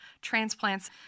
transplants